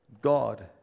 God